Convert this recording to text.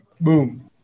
Boom